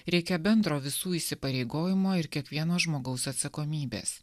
reikia bendro visų įsipareigojimo ir kiekvieno žmogaus atsakomybės